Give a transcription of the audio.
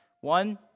One